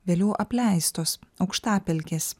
vėliau apleistos aukštapelkės